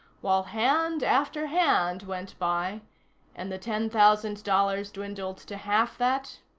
while hand after hand went by and the ten thousand dollars dwindled to half that,